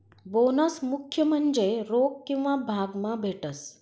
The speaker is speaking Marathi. बोनस मुख्य म्हन्जे रोक किंवा भाग मा भेटस